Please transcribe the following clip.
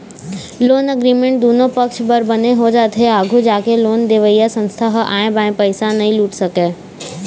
loan agreement दुनो पक्छ बर बने हो जाथे आघू जाके लोन देवइया संस्था ह आंय बांय पइसा नइ लूट सकय